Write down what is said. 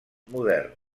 modern